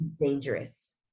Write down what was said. dangerous